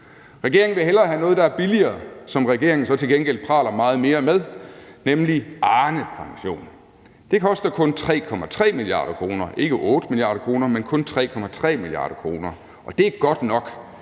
Regeringen vil hellere have noget, som er billigere, men som regeringen så til gengæld praler meget mere med, nemlig Arnepension. Det koster kun 3,3 mia. kr., ikke 8 mia. kr., men kun 3,3 mia. kr., og det er godt nok,